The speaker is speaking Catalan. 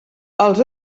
els